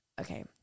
Okay